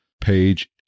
page